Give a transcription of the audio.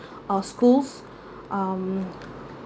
or schools um